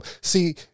See